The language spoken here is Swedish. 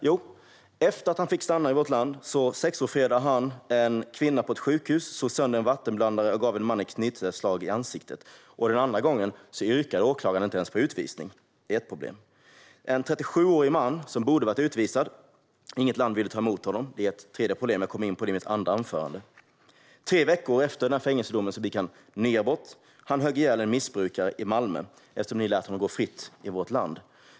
Jo, efter att han fick stanna i vårt land sexofredade han en kvinna på ett sjukhus, slog sönder en vattenblandare och gav en man ett knytnävsslag i ansiktet. Den andra gången yrkade åklagaren inte ens på utvisning. Det är ett problem. En 37-årig man som borde ha varit utvisad - inget land ville ta emot honom; det är ett problem som jag kommer in på i mitt nästa inlägg - begick tre veckor efter sin fängelsedom nya brott. Han högg ihjäl en missbrukare i Malmö eftersom ni lät honom gå fri vårt land.